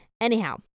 anyhow